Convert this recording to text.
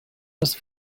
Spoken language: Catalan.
les